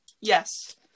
yes